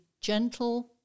gentle